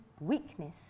weakness